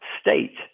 state